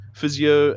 physio